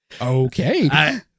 Okay